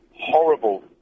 horrible